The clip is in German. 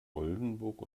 oldenburg